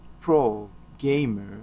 pro-gamer